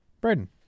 Braden